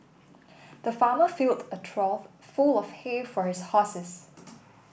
the farmer filled a trough full of hay for his horses